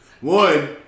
One